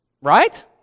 Right